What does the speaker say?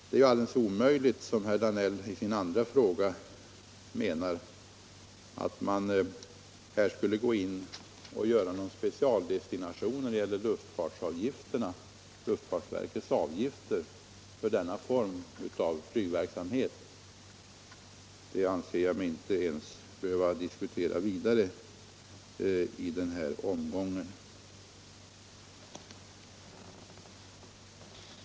Det är alldeles omöjligt att, som herr Danell i sin andra fråga menar, gå in och göra någon specialdestination när det gäller luftfartsverkets avgifter för denna form av flygverksamhet. Detta anser jag mig inte ens behöva diskutera vidare i den här omgången.